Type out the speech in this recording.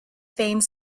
famed